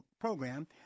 program